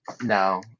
no